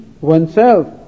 oneself